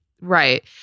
Right